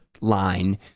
line